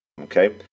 okay